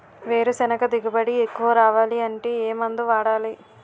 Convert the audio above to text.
వేరుసెనగ దిగుబడి ఎక్కువ రావాలి అంటే ఏ మందు వాడాలి?